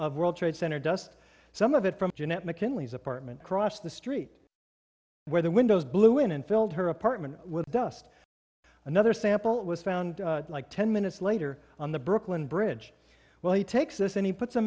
of world trade center dust some of it from jeanette mckinley's apartment across the street where the windows blew in and filled her apartment with dust another sample was found like ten minutes later on the brooklyn bridge well he takes this and he puts a